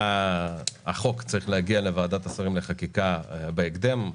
החוק צריך להגיע לוועדת השרים לחקיקה בהקדם,